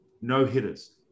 no-hitters